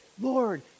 Lord